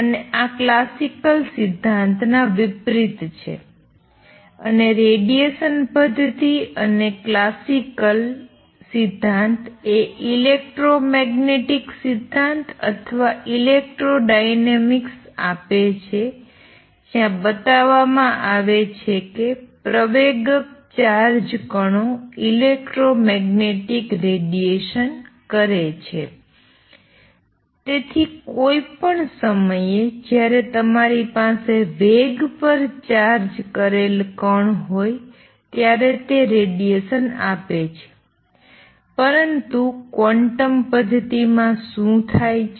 અને આ ક્લાસિકલ સિદ્ધાંતના વિપરીત છે અને રેડિએશન પદ્ધતિ અને ક્લાસિકલ સિદ્ધાંત એ ઇલેક્ટ્રોમેગ્નેટિક સિદ્ધાંત અથવા ઇલેક્ટ્રોડાયનેમિક્સ આપે છે જ્યાં બતાવવામાં આવે છે કે એસેલેરેટિંગ ચાર્જ કણો ઇલેક્ટ્રોમેગ્નેટિક રેડિએશન કરે છે